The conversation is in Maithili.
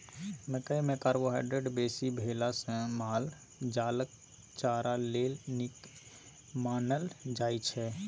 मकइ मे कार्बोहाइड्रेट बेसी भेला सँ माल जालक चारा लेल नीक मानल जाइ छै